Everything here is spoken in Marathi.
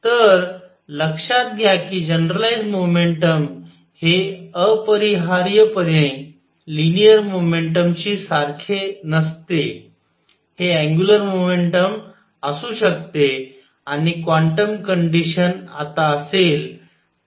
तर लक्षात घ्या की जनरलाईज्ड मोमेंटम हे अपरिहार्यपणे लिनियर मोमेंटम शी सारखे नसते हे अँग्युलर मोमेंटम असू शकते आणि क्वांटम कंडिशन आता असेल